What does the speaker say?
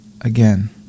again